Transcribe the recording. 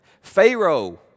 Pharaoh